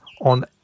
on